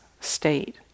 state